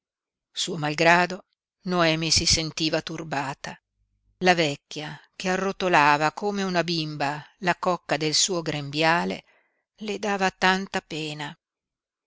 suo malgrado noemi si sentiva turbata la vecchia che arrotolava come una bimba la cocca del suo grembiale le dava tanta pena